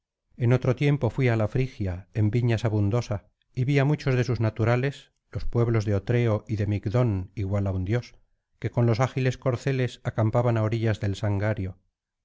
en otro tiempo fui á la frigia en viñas abundosa y vi á muchos de sus naturales los pueblos de otreo y de migdón igual á un dios que con los ágiles corceles acampaban á orillas del sangario